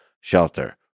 shelter